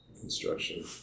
construction